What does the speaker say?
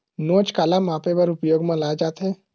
नोच काला मापे बर उपयोग म लाये जाथे?